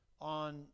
on